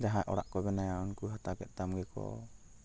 ᱡᱟᱦᱟᱸᱭ ᱚᱲᱟᱜ ᱠᱚ ᱵᱮᱱᱟᱣᱟ ᱩᱱᱠᱩ ᱦᱟᱛᱟᱣ ᱠᱮᱫ ᱛᱟᱢ ᱜᱮᱠᱚ